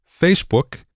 Facebook